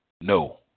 No